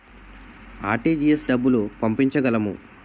RTGS డబ్బులు పంపించగలము?